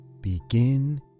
begin